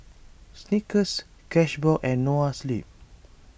Snickers Cashbox and Noa Sleep